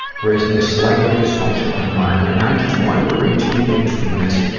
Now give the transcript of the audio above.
raised in a slightly dysfunctional environment. and i just wanted to read two things from this.